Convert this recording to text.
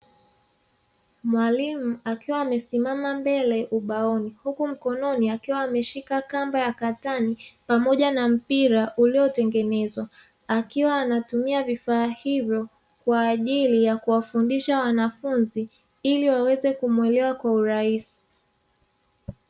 Mwalimu akiwa amesimama mbele ubaoni, huku mkononi akiwa ameshika kamba ya katani pamoja na mpira uliotengenezwa, akiwa anatumia vifaa hivyo kwa ajili ya kuwafundisha wanafunzi ili waweze kumuelewa kwa urahisi.